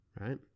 right